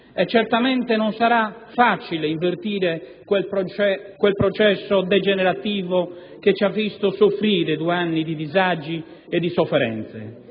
e certamente non sarà facile invertire quel processo degenerativo che ci ha visto soffrire due anni di disagi e di sofferenze,